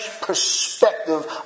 perspective